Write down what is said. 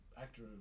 actor